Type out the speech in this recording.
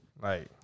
Like-